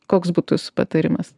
koks būtų jūsų patarimas